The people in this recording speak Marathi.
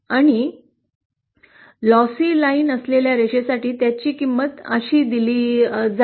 आणि तोट्यात असलेल्या रेषेसाठी त्याची किंमत अशी दिली जाईल